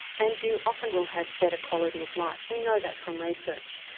and you often will have better quality of life. we know that from research.